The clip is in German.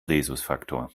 rhesusfaktor